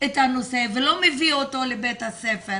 את הנושא ולא מביא אותו לבית הספר.